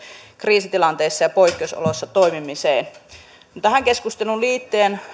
kriisitilanteissa ja poikkeusoloissa toimimiseen tähän keskusteluun liittyen